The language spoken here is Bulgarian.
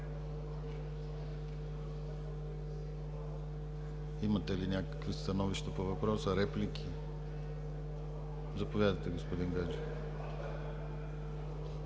Имате ли някакви становища по въпроса? Реплики? Заповядайте, господин Гаджев.